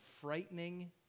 frightening